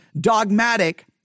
dogmatic